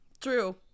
true